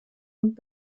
und